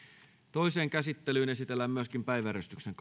toiseen käsittelyyn esitellään päiväjärjestyksen